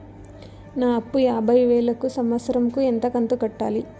నా అప్పు యాభై వేలు కు సంవత్సరం కు ఎంత కంతు కట్టాలి?